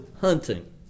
hunting